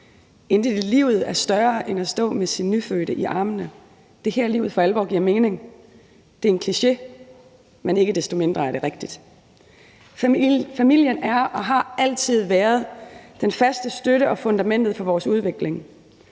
Intet i livet er større end at stå med sin nyfødte i armene. Det er her, livet for alvor giver mening. Det er en kliché, men ikke desto mindre er det rigtigt. Familien er og har altid været den faste støtte og fundamentet for vores udvikling,